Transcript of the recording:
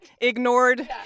Ignored